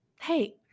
hey